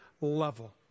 level